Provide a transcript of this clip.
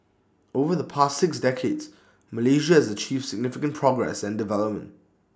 over the past six decades Malaysia has achieved significant progress and development